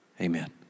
Amen